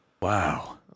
wow